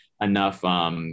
enough